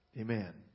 Amen